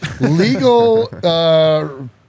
legal